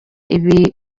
ibi